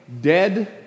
dead